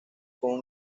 con